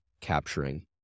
capturing